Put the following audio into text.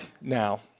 now